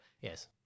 Yes